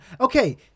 okay